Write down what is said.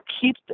keep